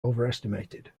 overestimated